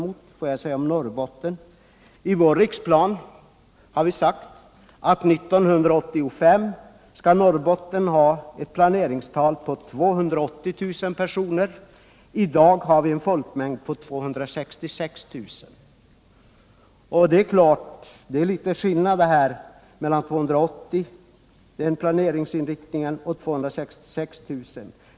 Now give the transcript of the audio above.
När det gäller Norrbotten har vi i vår riksplan sagt att Norrbotten år 1985 skall haett planeringstal på 280 000 personer. I dag har vi en folkmängd på 266 000. Det är naturligtvis en viss skillnad mellan planeringsinriktningen på 280 000 och den nuvarande folkmängden på 266 000 personer.